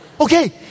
Okay